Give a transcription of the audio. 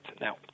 Now